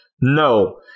No